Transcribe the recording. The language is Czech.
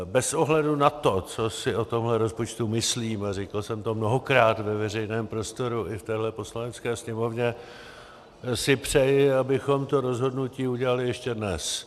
Bez ohledu na to, co si o tomhle rozpočtu myslím, a říkal jsem to mnohokrát ve veřejném prostoru i v téhle Poslanecké sněmovně, si přeji, abychom to rozhodnutí udělali ještě dnes.